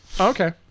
Okay